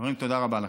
חברים, תודה רבה לכם.